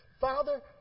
Father